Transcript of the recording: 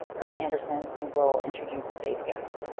chris anderson, who will introduce today's guest.